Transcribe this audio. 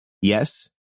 Yes